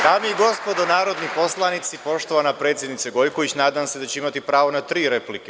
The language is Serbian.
Dame i gospodo narodni poslanici, poštovana predsednice Gojković, nadam se da ću imati pravo na tri replike.